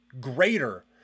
greater